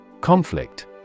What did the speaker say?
Conflict